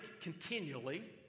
continually